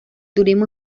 turismo